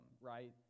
right